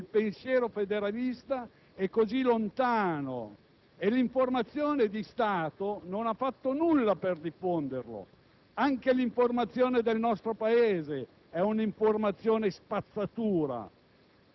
Il vero federalista vive il suo fare politica come la massima espressione della carità. Le cose, invece, sono andate e continueranno ad andare esattamente al contrario